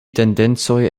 tendencoj